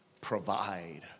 provide